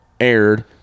aired